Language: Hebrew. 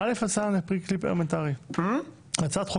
40% שנכנסו היו מעורבים